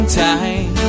time